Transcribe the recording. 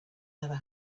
never